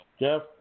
Jeff